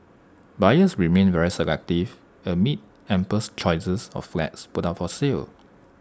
buyers remain very selective amid ample choices of flats put up for sale